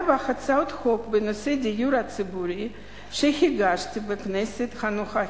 ארבע הצעת חוק בנושא דיור ציבורי שהגשתי בכנסת הנוכחית,